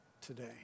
today